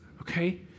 okay